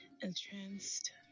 entranced